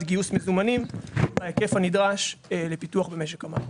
גיוס מזומנים בהיקף הנדרש לפיתוח במשק המים.